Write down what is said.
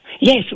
Yes